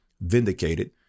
vindicated